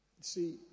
see